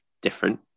different